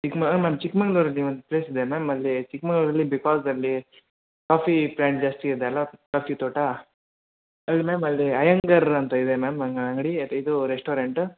ಚಿಕ್ಕ ಮ ಮ್ಯಾಮ್ ಚಿಕ್ಕಮಂಗ್ಳೂರಲ್ಲಿ ಒಂದು ಪ್ಲೇಸ್ ಇದೆ ಮ್ಯಾಮ್ ಅಲ್ಲಿ ಚಿಕ್ಕಮಂಗ್ಳೂರಲ್ಲಿ ಬಿಕಾಜ್ ಅಲ್ಲಿ ಕಾಫಿ ಪ್ಲ್ಯಾಂಟ್ ಜಾಸ್ತಿ ಇದೆ ಅಲ್ಲಾ ಕಾಫಿ ತೋಟ ಅಲ್ಲಿ ಮ್ಯಾಮ್ ಅಲ್ಲಿ ಅಯ್ಯಂಗಾರ್ ಅಂತ ಇದೆ ಮ್ಯಾಮ್ ಅಂಗಡಿ ಇದು ರೆಸ್ಟೋರೆಂಟು